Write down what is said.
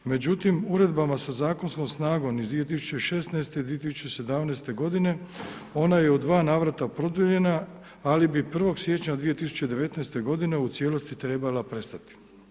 Međutim uredbama sa zakonskom snagom iz 2016., 2017. godine ona je u dva navrata produljenja ali bi 1. siječnja 2019. godine u cijelosti trebala prestati.